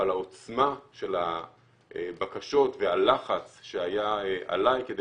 אבל העוצמה של הבקשות והלחץ שהיה עליי כדי